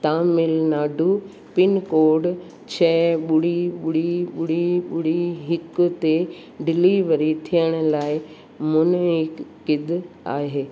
Tamil Nadu pincode छह ॿुड़ी ॿुड़ी ॿुड़ी ॿुड़ी हिकु ते डिलीवरी थियण लाइ मुने एकिद आहे